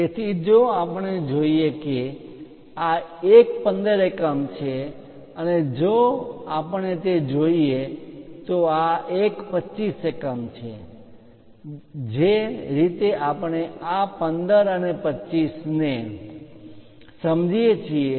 તેથી જો આપણે જોઈએ કે આ એક 15 એકમ છે અને જો આપણે તે જોઈએ તો આ એક 25 એકમ છે જે રીતે આપણે આ 15 અને 25 ને સમજીએ છીએ